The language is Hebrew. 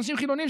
אנשים חילונים,